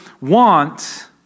want